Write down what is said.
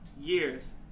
years